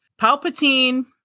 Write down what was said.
palpatine